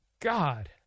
God